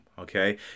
okay